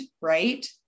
right